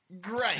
great